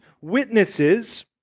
witnesses